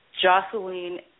Jocelyn